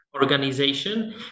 organization